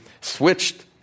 switched